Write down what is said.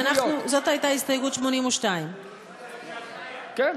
זאת הייתה הסתייגות 82. אנחנו